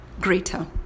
greater